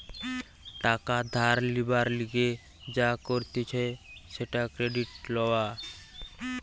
টাকা ধার লিবার লিগে যা করতিছে সেটা ক্রেডিট লওয়া